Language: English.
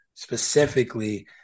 specifically